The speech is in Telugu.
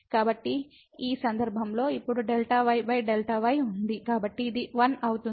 ఈ సందర్భంలో ఇప్పుడు Δ yΔ yఉంది ఇది 1 అవుతుంది